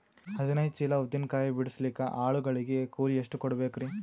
ಹದಿನೈದು ಚೀಲ ಉದ್ದಿನ ಕಾಯಿ ಬಿಡಸಲಿಕ ಆಳು ಗಳಿಗೆ ಕೂಲಿ ಎಷ್ಟು ಕೂಡಬೆಕರೀ?